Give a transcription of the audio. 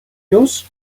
yours